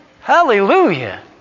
Hallelujah